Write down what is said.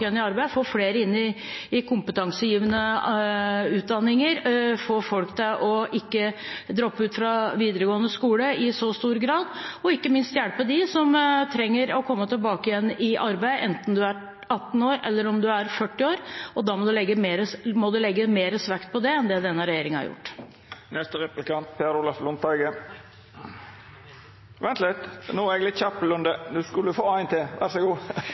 i arbeid, få flere inn i kompetansegivende utdanninger, få folk til ikke å droppe ut fra videregående skole i så stor grad, og ikke minst å hjelpe dem som trenger å komme tilbake i arbeid – enten de er 18 år eller 40 år – og da må det legges mer vekt på det enn det denne regjeringen har gjort. Jeg merker meg at Arbeiderpartiet også ønsker å reversere endringene i etterlatteytelser, slik at unge kvinner blir stående på en varig ytelse i stedet for å omstille seg til